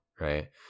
right